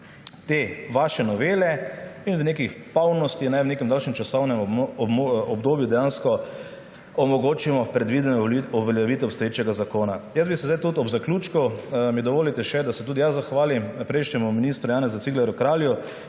te vaše novele in v neki polnosti, v nekem daljšem časovnem obdobju dejansko omogočimo predvideno uveljavitev obstoječega zakona. Ob zaključku mi dovolite še, da se tudi sam zahvalim prejšnjemu ministru Janezu Ciglerju Kralju,